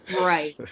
Right